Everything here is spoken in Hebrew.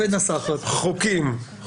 חוקים,